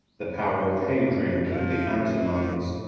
the power of hadrian and the antonines.